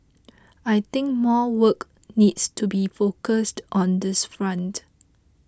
I think more work needs to be focused on this front